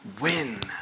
win